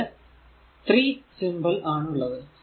ഇവിടെ ഇവിടെ 3 സിംബൽ ആണുള്ളത്